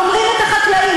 גומרים את החקלאים,